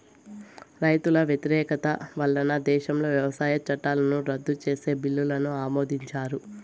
రైతుల వ్యతిరేకత వలన దేశంలో వ్యవసాయ చట్టాలను రద్దు చేసే బిల్లును ఆమోదించారు